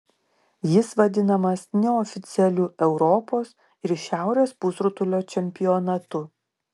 jis vadinamas neoficialiu europos ir šiaurės pusrutulio čempionatu